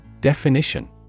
Definition